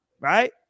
right